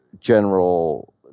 general